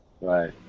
Right